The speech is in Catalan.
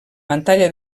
pantalla